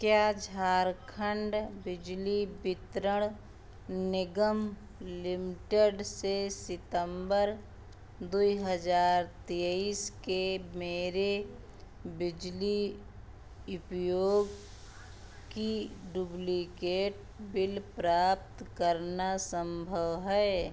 क्या झारखंड बिजली वितरण निगम लिमिटेड से सितंबर दूइ हज़ार तेईस के मेरे बिजली उपयोग की डुब्लिकेट बिल प्राप्त करना संभव है